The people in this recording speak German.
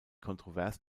kontrovers